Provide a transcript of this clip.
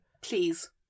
please